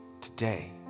today